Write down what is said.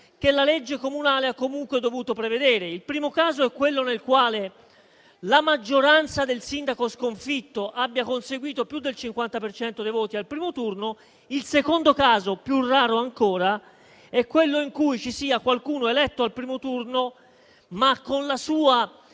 elettorale comunale ha comunque dovuto prevedere. Il primo caso è quello nel quale la maggioranza del sindaco sconfitto abbia conseguito più del 50 per cento dei voti al primo turno; il secondo caso, più raro ancora, è quello in cui ci sia qualcuno eletto al primo turno, ma con la sua